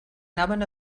anaven